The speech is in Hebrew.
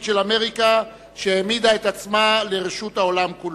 של אמריקה שהעמידה את עצמה לרשות העולם כולו.